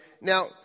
Now